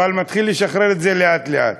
אבל מתחיל לשחרר את זה לאט-לאט.